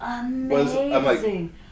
amazing